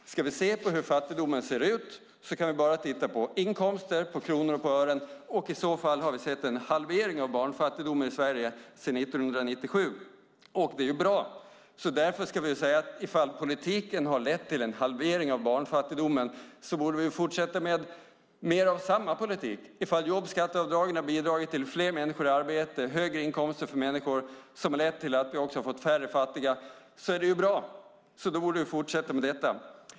Om vi vill titta på hur fattigdomen ser ut kan vi bara se till inkomster i kronor och ören. Där har vi sett en halvering av barnfattigdomen i Sverige sedan 1997. Det är ju bra. Om politiken har lett till en halvering av barnfattigdomen borde vi fortsätta med mer av samma politik. Om jobbskatteavdragen har bidragit till fler människor i arbete och högre inkomster för människor vilket i sin tur har lett till färre fattiga är det ju bra. Då borde vi fortsätta med det.